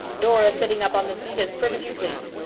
dora's sitting up on the seat as prim as you please.